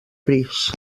pis